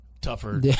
tougher